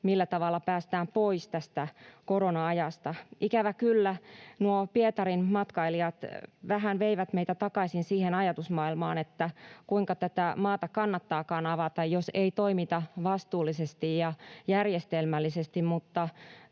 millä tavalla päästään pois tästä korona-ajasta. Ikävä kyllä nuo Pietarin matkailijat vähän veivät meitä takaisin siihen ajatusmaailmaan, kuinka tätä maata kannattaakaan avata, jos ei toimita vastuullisesti ja järjestelmällisesti, mutta